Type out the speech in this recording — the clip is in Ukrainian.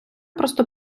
просто